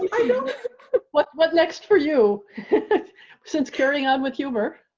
you know what's what's next for you since carrying on with humor.